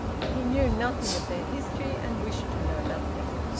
he knew nothing of their history, and wished to know nothing.